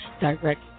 direct